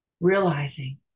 realizing